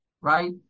right